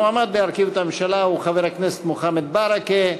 המועמד להרכיב את הממשלה הוא חבר הכנסת מוחמד ברכה.